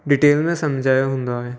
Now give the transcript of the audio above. detail में सम्झायो हूंदो आहे